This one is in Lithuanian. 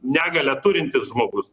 negalią turintis žmogus